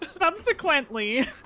subsequently